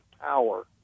power